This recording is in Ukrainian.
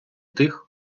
тих